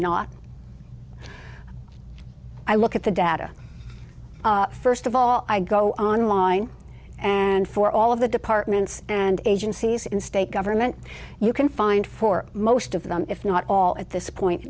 not i look at the data first of all i go online and for all of the departments and agencies in state government you can find for most of them if not all at this point